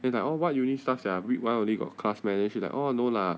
then like oh what uni stuff sia week one already got class meh oh no lah